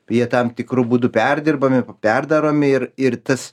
jie tam tikru būdu perdirbami perdaromi ir ir tas